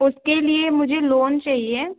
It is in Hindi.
उसके लिए मुझे लोन चाहिए